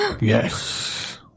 yes